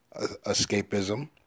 escapism